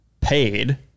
paid